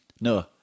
no